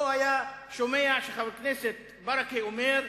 או היה שומע שחבר הכנסת ברכה אומר: